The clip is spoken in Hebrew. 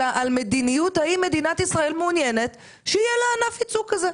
אלא על המדיניות האם מדינת ישראל מעוניינת שיהיה לה ענף ייצוא כזה,